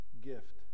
gift